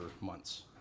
months